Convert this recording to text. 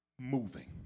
moving